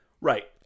Right